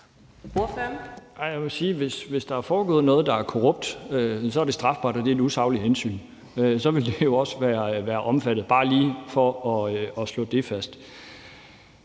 hvis der er foregået noget, der er korrupt, så er det strafbart, og det er et usagligt hensyn, og så vil det jo også være omfattet. Det er bare lige for at slå det fast.